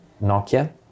Nokia